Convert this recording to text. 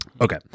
okay